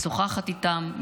משוחחת איתם,